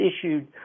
issued